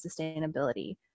sustainability